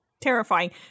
Terrifying